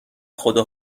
خدا